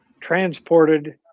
transported